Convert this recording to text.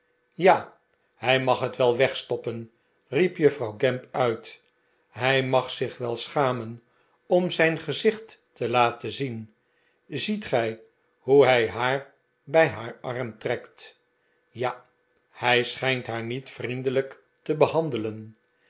ja hij mag het wel wegstoppen riep juffrouw gamp uit hij mag zich wel schamen om zijn gezicht te laten zien ziet gij hoe hij haar bij haar arm trekt ja hij schijnt haar niet vriendelijk te behandelen